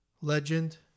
Legend